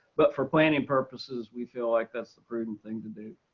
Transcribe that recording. but for planning purposes, we feel like that's the prudent thing to do.